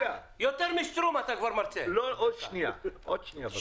עוד שנייה בבקשה.